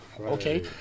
okay